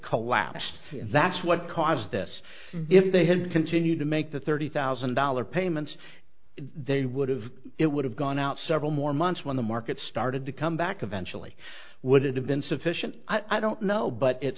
collapsed and that's what caused this if they had continued to make the thirty thousand dollars payments they would have it would have gone out several more months when the market started to come back eventually would it have been sufficient i don't know but it